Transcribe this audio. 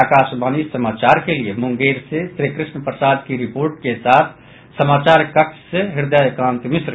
आकाशवाणी समाचार के लिए मुंगेर से श्रीकृष्ण प्रसाद की रिपोर्ट के साथ समाचार कक्ष से हृदयकांत मिश्र